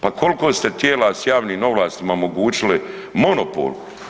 Ma koliko ste tijela s javnim ovlastima omogućili monopol?